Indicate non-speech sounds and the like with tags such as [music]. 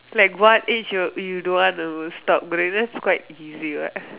like what age you don't want to stop growing that's quite easy what [breath]